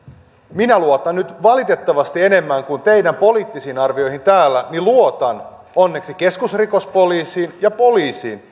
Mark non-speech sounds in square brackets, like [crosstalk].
minä luotan nyt valitettavasti enemmän kuin teidän poliittisiin arvioihinne täällä onneksi keskusrikospoliisiin ja poliisiin [unintelligible]